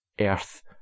earth